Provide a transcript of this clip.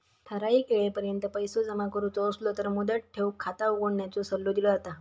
ठराइक येळेपर्यंत पैसो जमा करुचो असलो तर मुदत ठेव खाता उघडण्याचो सल्लो दिलो जाता